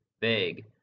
vague